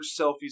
selfies